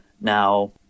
Now